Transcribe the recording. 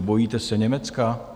Bojíte se Německa?